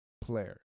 player